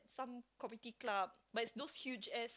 some community club but is those huge ass